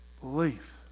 belief